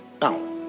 now